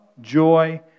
joy